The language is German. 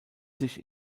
sich